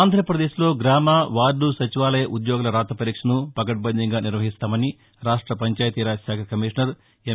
ఆంధ్రప్రదేశ్లో గ్రామ వార్డు సచివాలయ ఉద్యోగాల రాత పరీక్షను పకడ్బందీగా నిర్వహిస్తామని రాష్ట పంచాయతీరాజ్ శాఖ కమిషనర్ ఎం